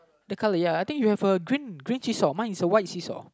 the colour ya I think you have a green green seesaw mine is a white see saw